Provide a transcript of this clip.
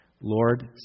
Lord